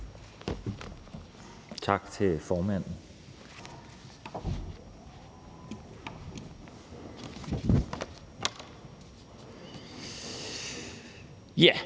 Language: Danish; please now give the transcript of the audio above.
Tak til formanden. Det